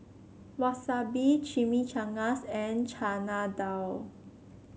Wasabi Chimichangas and Chana Dal